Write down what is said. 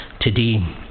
today